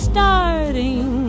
Starting